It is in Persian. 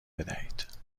بدهید